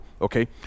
Okay